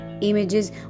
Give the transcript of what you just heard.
images